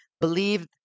believe